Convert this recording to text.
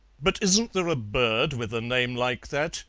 but isn't there a bird with a name like that,